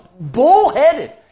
bullheaded